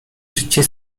życie